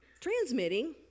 transmitting